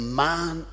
man